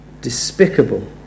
despicable